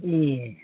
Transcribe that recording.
ए